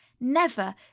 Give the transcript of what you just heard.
Never